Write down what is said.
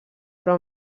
però